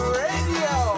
radio